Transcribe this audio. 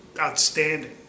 outstanding